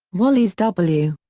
wallys w.